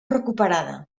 recuperada